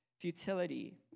futility